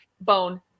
bone